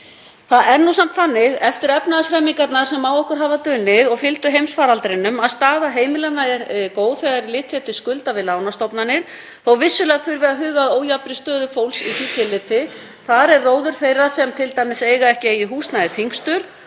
Það er nú samt þannig eftir efnahagshremmingarnar sem á okkur hafa dunið og fylgdu heimsfaraldrinum að staða heimilanna er góð þegar litið er til skulda við lánastofnanir þótt vissulega þurfi að huga að ójafnri stöðu fólks í því tilliti. Þar er róður þeirra sem t.d. eiga ekki eigið húsnæði þyngstur